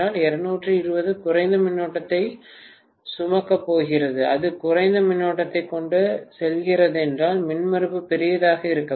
220 குறைந்த மின்னோட்டத்தை சுமக்கப் போகிறது அது குறைந்த மின்னோட்டத்தைக் கொண்டு செல்கிறதென்றால் மின்மறுப்பு பெரியதாக இருக்க வேண்டும்